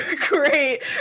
great